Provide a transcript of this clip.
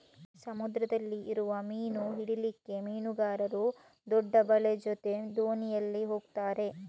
ಸಮುದ್ರದಲ್ಲಿ ಇರುವ ಮೀನು ಹಿಡೀಲಿಕ್ಕೆ ಮೀನುಗಾರರು ದೊಡ್ಡ ಬಲೆ ಜೊತೆ ದೋಣಿಯಲ್ಲಿ ಹೋಗ್ತಾರೆ